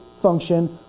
function